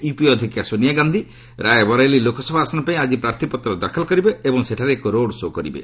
UPA ଅଧ୍ୟକ୍ଷା ସୋନିଆ ଗାନ୍ଧି ରାୟବରେଲୀ ଲୋକସଭା ଆସନ ପାଇଁ ଆଜି ପ୍ରାର୍ଥୀପତ୍ର ଦାଖଲ କରିବେ ଏବଂ ସେଠାରେ ଏକ ରୋଡ୍ ଶୋ' କରିବେ